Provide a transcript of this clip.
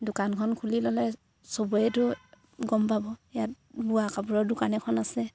দোকানখন খুলি ল'লে চবেইতো গম পাব ইয়াত বোৱা কাপোৰৰ দোকান এখন আছে